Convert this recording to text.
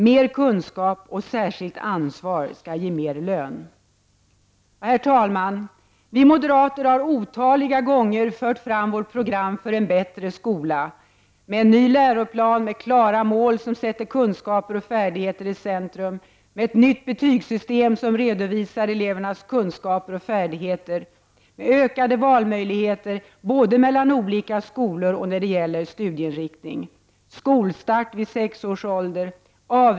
Mer kunskap och särskilt ansvar skall ge mer lön. Herr talman! Vi moderater har otaliga gånger fört fram vårt program för en bättre skola: —- En ny läroplan med klara mål som sätter kunskaper och färdigheter i centrum. — Ökade valmöjligheter både mellan olika skolor och när det gäller studieinriktning.